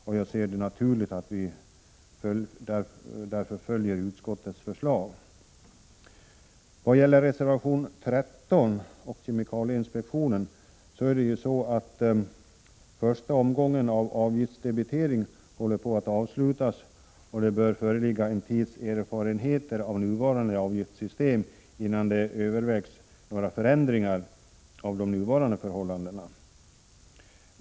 Det är därför naturligt att vi följer utskottets förslag. Reservation 13 handlar om kemikalieinspektionen. Man är snart klar med första omgången av en avgiftsdebitering. Det bör föreligga erfarenheter av nuvarande avgiftssystem innan några förändringar av de nuvarande förhållandena övervägs.